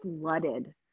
flooded